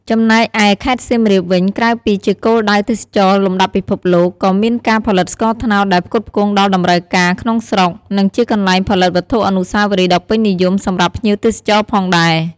ចំណែកឯខេត្តសៀមរាបវិញ ក្រៅពីជាគោលដៅទេសចរណ៍លំដាប់ពិភពលោក ក៏មានការផលិតស្ករត្នោតដែលផ្គត់ផ្គង់ដល់តម្រូវការក្នុងស្រុក និងជាកន្លែងផលិតវត្ថុអនុស្សាវរីយ៍ដ៏ពេញនិយមសម្រាប់ភ្ញៀវទេសចរផងដែរ។